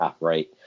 right